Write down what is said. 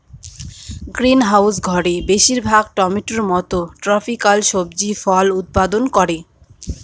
greenhouse ঘরে বেশির ভাগ টমেটোর মত ট্রপিকাল সবজি ফল উৎপাদন করে